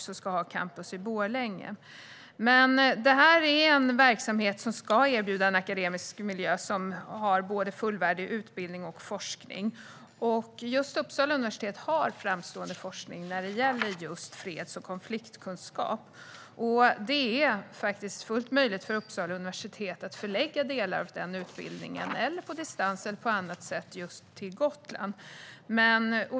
Kunskap i samverkan - för samhällets utma-ningar och stärkt konkurrenskraft Detta är dock en verksamhet som ska erbjuda en akademisk miljö som har både fullvärdig utbildning och forskning. Uppsala universitet har framstående forskning när det gäller just freds och konfliktkunskap. Det är faktiskt fullt möjligt för Uppsala universitet att förlägga delar av den utbildningen till just Gotland, eller på distans eller annat sätt.